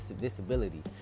disability